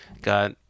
got